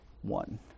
one